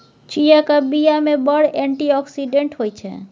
चीयाक बीया मे बड़ एंटी आक्सिडेंट होइ छै